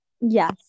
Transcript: Yes